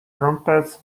trumpets